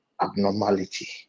abnormality